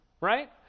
right